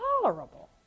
tolerable